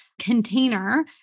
container